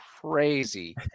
Crazy